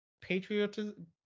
patriotism